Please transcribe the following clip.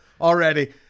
already